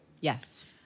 Yes